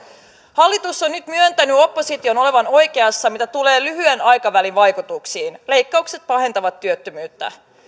hallitus on nyt myöntänyt opposition olevan oikeassa mitä tulee lyhyen aikavälin vaikutuksiin leikkaukset pahentavat työttömyyttä